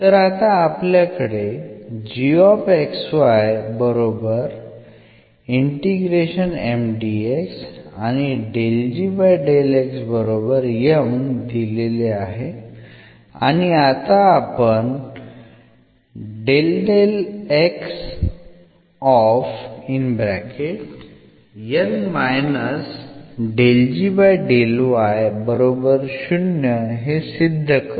तर आता आपल्याकडे दिलेले आहे आणि आता आपण हे सिद्ध करू